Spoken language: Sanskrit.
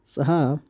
सः